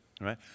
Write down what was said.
right